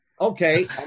Okay